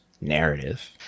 narrative